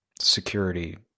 security